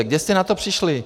Kde jste na to přišli?